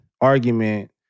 argument